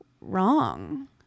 wrong